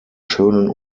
schönen